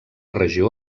regió